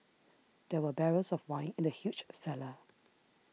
there were barrels of wine in the huge cellar